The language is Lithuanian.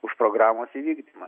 už programos įvykdymą